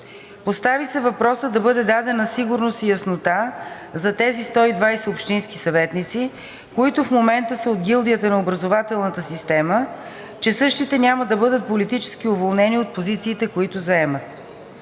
Постави се въпросът да бъде дадена сигурност и яснота за тези 120 общински съветници, които в момента са от гилдията на образователната система, че същите няма да бъдат политически уволнени от позициите, които заемат.